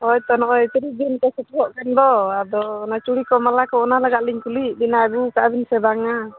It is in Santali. ᱦᱳᱭ ᱛᱳ ᱱᱚᱜᱼᱚᱭ ᱛᱤᱨᱤᱥ ᱡᱩᱱᱠᱚ ᱥᱮᱴᱮᱨᱚᱜ ᱠᱟᱱᱫᱚ ᱟᱫᱚ ᱚᱱᱟ ᱪᱩᱲᱤᱠᱚ ᱢᱟᱞᱟᱠᱚ ᱚᱱᱟ ᱞᱟᱜᱟᱫᱞᱤᱧ ᱠᱩᱞᱤᱭᱮᱫᱵᱤᱱᱟ ᱟᱹᱜᱩ ᱟᱠᱟᱫᱟᱵᱤᱱ ᱥᱮ ᱵᱟᱝᱟ